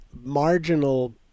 marginal